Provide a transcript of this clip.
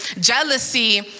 jealousy